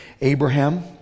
abraham